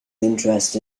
interest